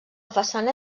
façana